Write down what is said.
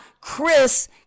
Chris